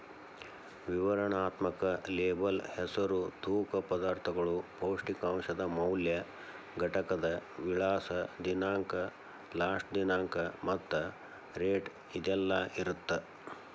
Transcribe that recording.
ವಿವರಣಾತ್ಮಕ ಲೇಬಲ್ ಹೆಸರು ತೂಕ ಪದಾರ್ಥಗಳು ಪೌಷ್ಟಿಕಾಂಶದ ಮೌಲ್ಯ ಘಟಕದ ವಿಳಾಸ ದಿನಾಂಕ ಲಾಸ್ಟ ದಿನಾಂಕ ಮತ್ತ ರೇಟ್ ಇದೆಲ್ಲಾ ಇರತ್ತ